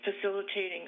facilitating